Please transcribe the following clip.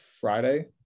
Friday